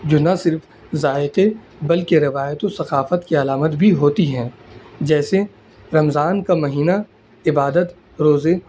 جو نہ صرف ذائقے بلکہ روایت و ثقافت کی علامت بھی ہوتی ہیں جیسے رمضان کا مہینہ عبادت روزے